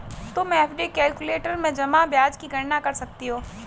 तुम FD calculator में जमा ब्याज की गणना कर सकती हो